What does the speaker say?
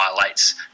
violates